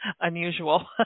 unusual